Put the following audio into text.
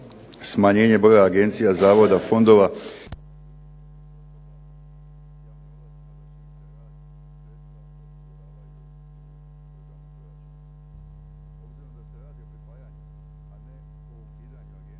smanjenja broja agencija, zavoda, fondova